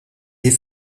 est